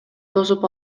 тосуп